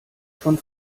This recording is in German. von